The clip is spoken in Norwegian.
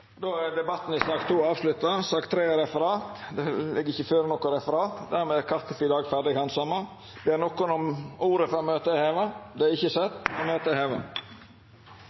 sak nr. 2 avslutta. Det ligg ikkje føre noko referat. Dermed er kartet for i dag ferdig handsama. Ber nokon om ordet før møtet vert heva? – Møtet er heva.